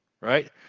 Right